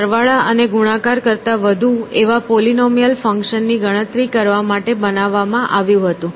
તે સરવાળા અને ગુણાકાર કરતા વધુ એવા પોલીનોમિયલ ફંક્શન ની ગણતરી કરવા માટે બનાવવામાં આવ્યું હતું